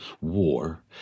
war